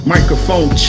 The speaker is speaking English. Microphone